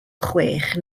chwech